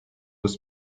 with